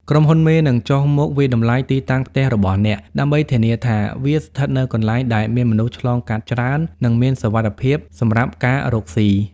ក្រុមហ៊ុនមេនឹងចុះមក "វាយតម្លៃទីតាំងផ្ទះរបស់អ្នក" ដើម្បីធានាថាវាស្ថិតនៅកន្លែងដែលមានមនុស្សឆ្លងកាត់ច្រើន និងមានសុវត្ថិភាពសម្រាប់ការរកស៊ី។